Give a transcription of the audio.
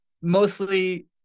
mostly